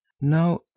Now